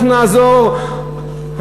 אנחנו נעזור,